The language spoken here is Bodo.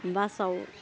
बासाव